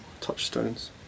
touchstones